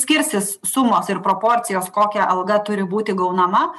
skirsis sumos ir proporcijos kokia alga turi būti gaunama